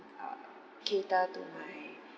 uh cater to my